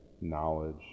knowledge